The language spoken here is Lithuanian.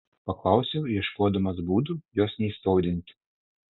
paklausiau ieškodamas būdų jos neįskaudinti